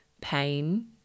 pain